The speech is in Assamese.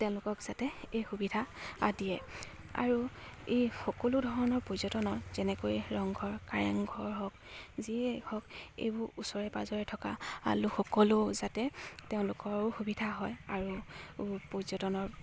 তেওঁলোকক যাতে এই সুবিধা দিয়ে আৰু এই সকলো ধৰণৰ পৰ্যটনৰ যেনেকৈ ৰংঘৰ কাৰেংঘৰ হওক যিয়ে হওক এইবোৰ ওচৰে পাজৰে থকা লোক সকলৰো যাতে তেওঁলোকৰো সুবিধা হয় আৰু পৰ্যটনৰ